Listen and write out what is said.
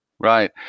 Right